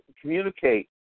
communicate